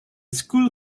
school